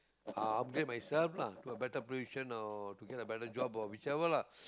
upgrade myself lah to a better position or to get a better job or whichever lah